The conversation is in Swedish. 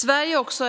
Sverige är också